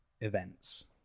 events